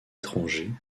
étrangers